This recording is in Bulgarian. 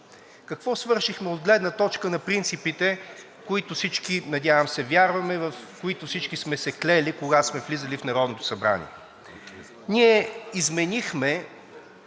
Какво свършихме от гледна точка на принципите, в които всички, надявам се, вярваме, в които всички сме се клели, когато сме влизали в Народното събрание? Ние изменихме